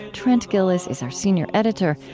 trent gilliss is our senior editor.